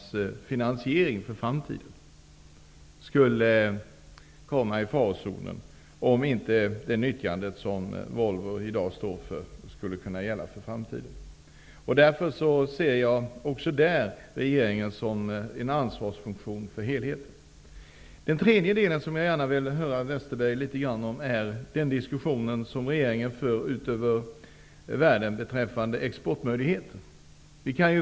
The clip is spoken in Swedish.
Den finansieringen kan nämligen komma i farozonen om inte det nyttjande som Volvo i dag står för gäller också i framtiden. Därför ser jag också i det avseendet regeringen som en ansvarsfunktion när det gäller helheten. Det tredje området, och här vill jag gärna höra en kommentar från Per Westerberg, gäller den diskussion som regeringen för ute i världen beträffande exportmöjligheterna.